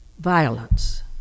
violence